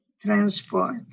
transport